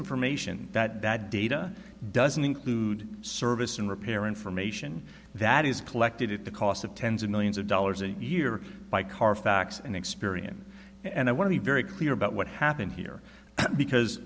information that bad data doesn't include service and repair information that is collected at the cost of tens of millions of dollars a year by carfax and experian and i want to be very clear about what happened here because